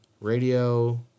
radio